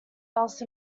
else